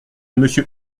monsieur